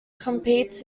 competes